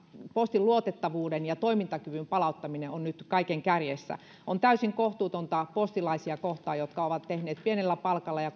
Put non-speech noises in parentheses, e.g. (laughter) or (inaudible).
postin luotettavuuden ja toimintakyvyn palauttaminen on nyt kaiken kärjessä on täysin kohtuutonta postilaisia kohtaan jotka ovat pienellä palkalla ja (unintelligible)